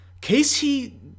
Casey